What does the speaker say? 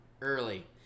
early